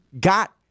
got